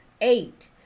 Eight